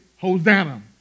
Hosanna